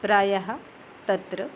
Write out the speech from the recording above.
प्रायः तत्र